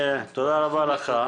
תודה רבה לך,